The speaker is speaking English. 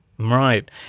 Right